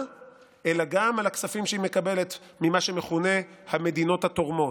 אלא גם על הכספים שהיא מקבלת ממה שמכונה "המדינות התורמות".